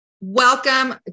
Welcome